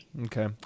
Okay